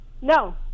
No